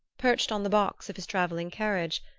perched on the box of his travelling-carriage,